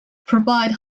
provide